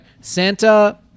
Santa